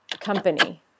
company